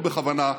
לא בכוונה,